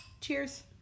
Cheers